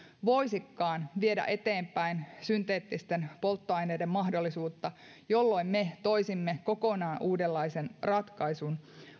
voisivatkaan viedä eteenpäin synteettisten polttoaineiden mahdollisuutta jolloin me toisimme kokonaan uudenlaisen ratkaisun